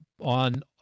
on